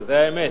זאת האמת.